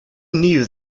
knew